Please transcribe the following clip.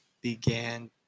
began